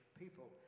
people